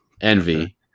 Envy